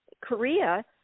Korea